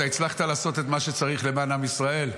אתה הצלחת לעשות את מה שצריך למען עם ישראל,